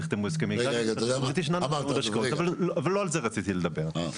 נחתמו הסכמי --- אבל לא על זה רציתי לדבר.